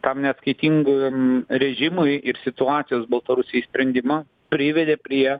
tam neatskaitingam režimui ir situacijos baltarusijoj sprendimą privedė prie